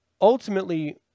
ultimately